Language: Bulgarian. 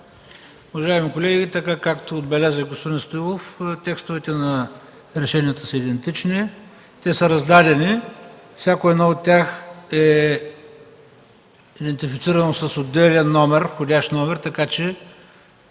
Уважаеми колеги, така както отбеляза и господин Стоилов, текстовете на решенията са идентични. Те са раздадени, всяко едно от тях е идентифицирано с отделен входящ номер, така че